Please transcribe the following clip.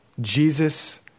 Jesus